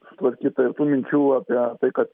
sutvarkyta ir tų minčių apie tai kad